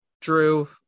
Drew